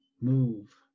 move